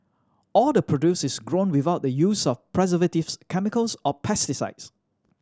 all the produce is grown without the use of preservatives chemicals or pesticides